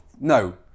no